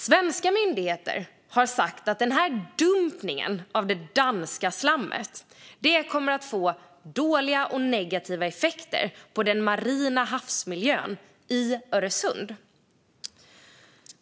Svenska myndigheter har sagt att den här dumpningen av det danska slammet kommer att få negativa effekter på den marina miljön i Öresund.